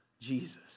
Jesus